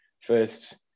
First